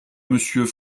monsieur